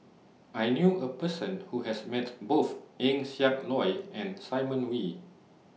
I knew A Person Who has Met Both Eng Siak Loy and Simon Wee